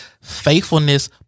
faithfulness